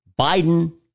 Biden